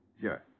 Sure